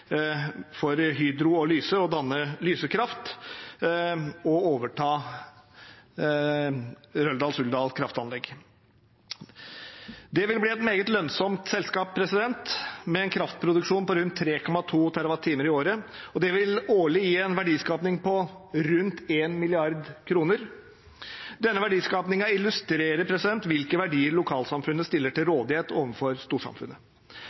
for Hydro og Lyse å danne Lyse Kraft og overta Røldal-Suldal kraftanlegg. Det vil bli et meget lønnsomt selskap, med en kraftproduksjon på rundt 3,2 TWh i året. Det vil årlig gi en verdiskaping på rundt 1 mrd. kr. Denne verdiskapingen illustrerer hvilke verdier lokalsamfunnet stiller til rådighet overfor storsamfunnet.